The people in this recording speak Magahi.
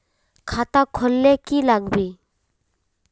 खाता खोल ले की लागबे?